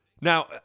now